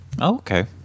okay